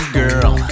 girl